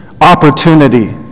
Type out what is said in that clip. opportunity